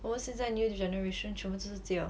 我们现在 new generation 全部都是这样